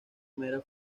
mera